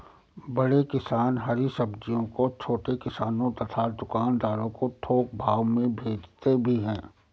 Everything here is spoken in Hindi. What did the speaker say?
बड़े किसान हरी सब्जियों को छोटे किसानों तथा दुकानदारों को थोक भाव में भेजते भी हैं